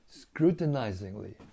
scrutinizingly